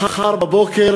מחר בבוקר